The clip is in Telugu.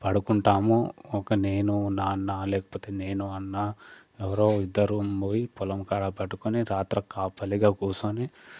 పడుకుంటాము ఒక నేను నాన్న లేకపోతే నేను అన్న ఎవరో ఇద్దరం పోయి పొలం కాడ పట్టుకొని రాత్రి కాపలిగా కూర్చొని